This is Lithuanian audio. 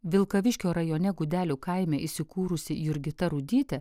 vilkaviškio rajone gudelių kaime įsikūrusi jurgita rudytė